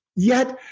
yet,